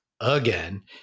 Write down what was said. again